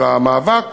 אבל המאבק